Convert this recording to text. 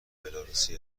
بلاروسی